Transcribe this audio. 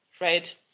right